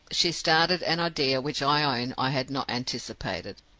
she started an idea which i own i had not anticipated.